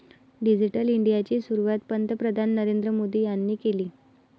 digital इंडियाची सुरुवात पंतप्रधान नरेंद्र मोदी यांनी केली